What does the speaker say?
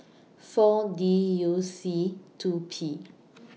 four D U C two P